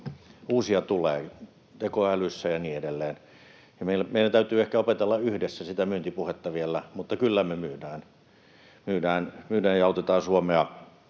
uusia tulee tekoälyssä ja niin edelleen. Meidän täytyy ehkä opetella yhdessä sitä myyntipuhetta vielä, mutta kyllä me myydään ja autetaan Suomea.